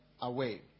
away